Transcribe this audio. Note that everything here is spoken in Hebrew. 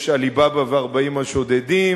יש עלי בבא ו-40 השודדים.